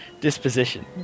disposition